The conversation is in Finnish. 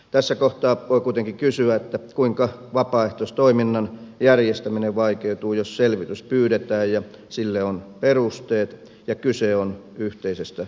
tässä kohtaa voi kuitenkin kysyä kuinka vapaaehtoistoiminnan järjestäminen vaikeutuu jos selvitys pyydetään ja sille on perusteet ja kyse on yhteisestä sopimuksesta